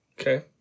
Okay